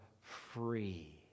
free